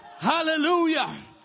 Hallelujah